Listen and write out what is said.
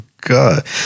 God